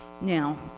Now